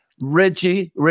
Reggie